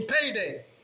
payday